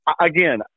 Again